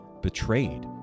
betrayed